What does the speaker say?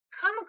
Come